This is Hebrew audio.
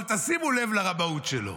אבל שימו לב לרמאות שלו,